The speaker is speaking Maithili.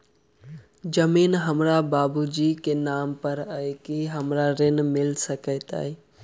जमीन हमरा बाबूजी केँ नाम पर अई की हमरा ऋण मिल सकैत अई?